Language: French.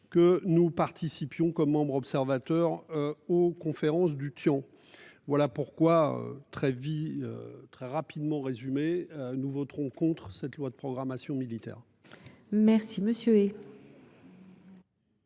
que nous participions comme membre observateur aux conférences du tuant voilà pourquoi très vit très rapidement résumé, nous voterons contre cette loi de programmation militaire. Merci monsieur.